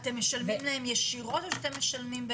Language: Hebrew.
אתם משלמים להם ישירות או בעצם למשרד?